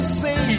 say